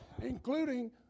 including